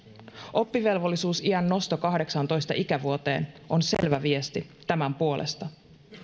oppivelvollisuusiän nosto kahdeksaantoista ikävuoteen on selvä viesti tämän puolesta